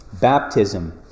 Baptism